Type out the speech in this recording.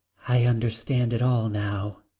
i understand it all now,